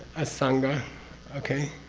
asanga okay?